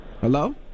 Hello